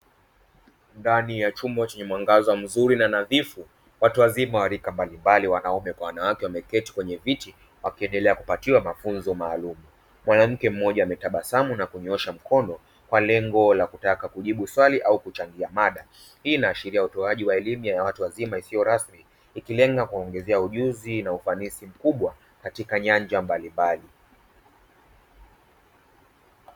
Ndani ya chumba chenye mwangaza nzuri na nadhifu, watu wazima wa rika mbalimbali, wanaume kwa wanawake, wameketi kwenye viti wakiendelea kupatiwa mafunzo maalumu. Mwanamke mmoja ametabasamu na kunyoosha mkono kwa lengo la kutaka kujibu swali au kuchangia mada. Hii inaashiria utoaji wa elimu ya watu wazima isiyo rasmi, ikilenga kuongeza ujuzi na ufanisi mkubwa katika nyanja mbalimbali.